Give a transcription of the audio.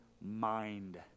mind